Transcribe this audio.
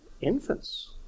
infants